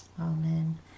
Amen